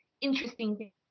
interesting